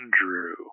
Andrew